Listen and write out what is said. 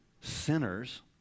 sinners